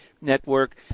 network